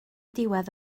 diwedd